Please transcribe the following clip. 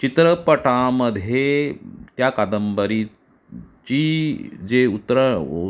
चित्रपटामध्ये त्या कादंबरीची जे उत्र